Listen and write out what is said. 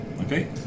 Okay